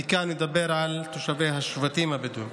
אני מדבר על תושבי השבטים הבדואיים